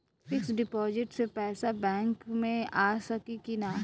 Fix deposit से पैसा bank मे आ सकी कि ना?